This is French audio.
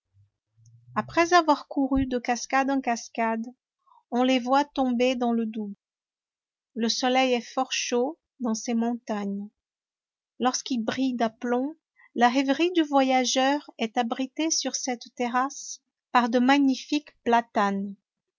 après avoir couru de cascade en cascade on les voit tomber dans le doubs le soleil est fort chaud dans ces montagnes lorsqu'il brille d'aplomb la rêverie du voyageur est abritée sur cette terrasse par de magnifiques platanes